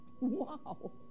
Wow